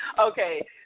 Okay